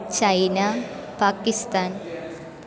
China Pakistan